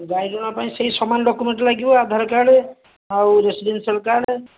ଗାଈ ଋଣ ପାଇଁ ସେହି ସମାନ ଡକ୍ୟୁମେଣ୍ଟ ଲାଗିବ ଆଧାର କାର୍ଡ଼ ଆଉ ରେସିଡ଼େନ୍ସିଆଲ୍ କାର୍ଡ଼